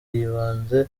yibanze